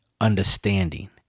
understanding